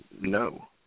No